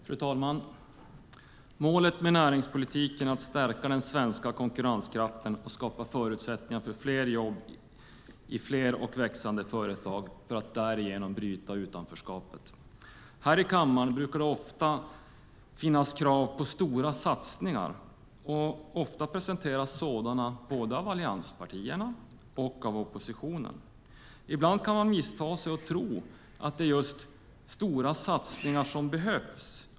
Fru talman! Målet med näringspolitiken är att stärka den svenska konkurrenskraften och att skapa förutsättningar för fler jobb i fler och växande företag för att därigenom bryta utanförskapet. Här i kammaren brukar det finnas krav på stora satsningar. Ofta presenteras sådana både av allianspartierna och av oppositionen. Ibland kan man missta sig och tro att det är just stora satsningar som behövs.